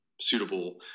suitable